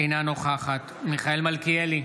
אינה נוכחת מיכאל מלכיאלי,